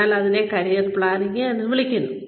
അതിനാൽ അതിനെ career planning എന്ന് വിളിക്കുന്നു